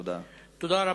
תודה,